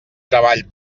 treball